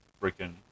freaking